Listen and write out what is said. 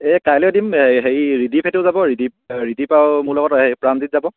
এই কাইলৈ দিম হেৰি ৰিদীপ হেঁতো যাব ৰিদীপ ৰিদীপ আৰু মোৰ লগত হেৰি প্ৰাণজিৎ যাব